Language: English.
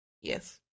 Yes